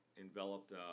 enveloped